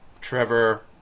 Trevor